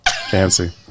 fancy